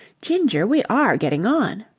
ginger, we are getting on!